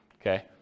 Okay